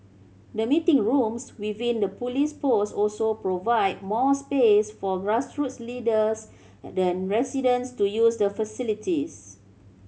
the meeting rooms within the police post also provide more space for grassroots leaders than residents to use the facilities